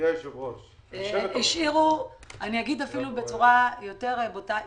אני אגיד אפילו בצורה יותר בוטה,